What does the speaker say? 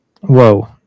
Whoa